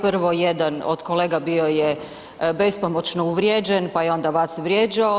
Prvo jedan od kolega bio je bespomoćno uvrijeđen, pa je onda vas vrijeđao.